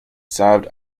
served